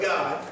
God